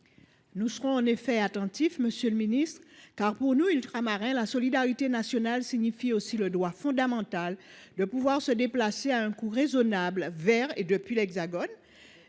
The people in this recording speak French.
Nous serons attentifs, monsieur le ministre, car, pour nous, Ultramarins, la solidarité nationale signifie aussi le droit fondamental de pouvoir se déplacer à un coût raisonnable vers et depuis l’Hexagone.